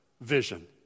vision